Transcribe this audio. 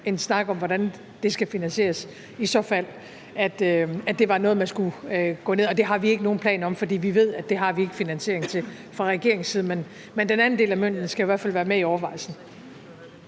en snak om, hvordan det skal finansieres, i fald det var noget, man skulle gøre, og det har vi ikke nogen plan om, for vi ved fra regeringens side, at det har vi ikke en finansiering til. Men den anden del af mønten skal i hvert fald være med i overvejelsen.